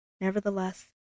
Nevertheless